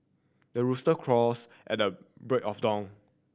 the rooster crows at the break of the own